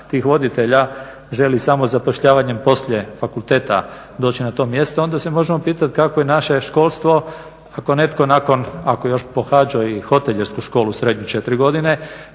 tih voditelja želi samo zapošljavanjem poslije fakulteta doći na to mjesto onda se možemo pitati kako je naše školstvo ako netko nakon, ako je još pohađao hotelijersku školu srednju četiri godine,